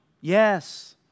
yes